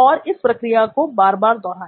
और इस प्रक्रिया को बार बार दोहराएं